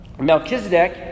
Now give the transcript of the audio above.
Melchizedek